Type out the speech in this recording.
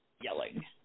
yelling